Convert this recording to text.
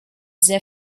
sehr